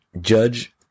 Judge